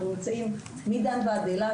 אנחנו נמצאים מדן ועד אילת,